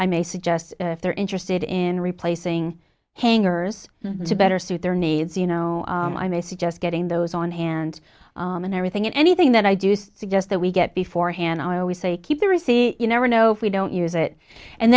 i may suggest if they're interested in replacing hangers to better suit their needs you know i may suggest getting those on hand in everything and anything that i do suggest that we get before hand i always say keep the receipt you never know if we don't use it and